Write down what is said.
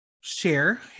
share